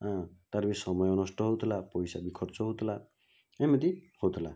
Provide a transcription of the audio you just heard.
ଏଁ ତା'ର ବି ସମୟ ନଷ୍ଟ ହେଉଥିଲା ପଇସା ବି ଖର୍ଚ୍ଚ ହେଉଥିଲା ଏମିତି ହେଉଥିଲା